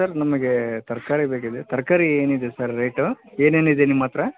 sir ನಮಗೆ ತರಕಾರಿ ಬೇಕಿದೆ ತರಕಾರಿ ಏನಿದೆ ಸರ್ ರೇಟು ಏನೇನಿದೆ ನಿಮ್ಮ ಹತ್ತಿರ